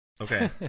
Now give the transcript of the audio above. Okay